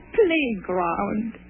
playground